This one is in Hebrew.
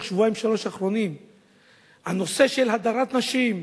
השבועיים-שלושה האחרונים בנושא של הדרת נשים.